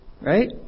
Right